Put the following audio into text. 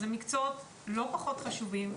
אלו מקצועות לא פחות חשובים,